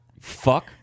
Fuck